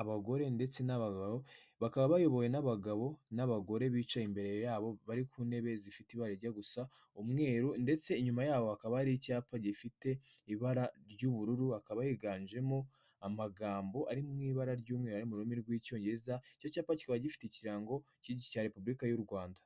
abagore ndetse n'agabo bakaba bayobowe n'abagabo n'abagore bicaye imbere yabo bari ku ntebe zifite ibara tijya gusa umweru, ndetse inyuma yaho hakaba hari icyapa gifite ibara ry'ubururu hakaba higanjemo amagambo ari mu ibara ry'umweru ari mu rurimi rw'icyongereza, icyo cyapa kiba gifite ikirango cya repubulika y'u Rwanda.